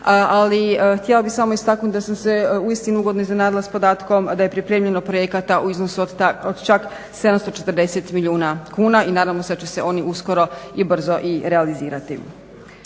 Ali htjela bih samo istaknuti da sam se uistinu ugodno iznenadila s podatkom da je pripremljeno projekata u iznosu od čak 740 milijuna kuna i nadamo se da će se oni uskoro i brzo i realizirati.